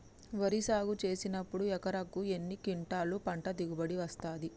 వరి సాగు చేసినప్పుడు ఎకరాకు ఎన్ని క్వింటాలు పంట దిగుబడి వస్తది?